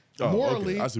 morally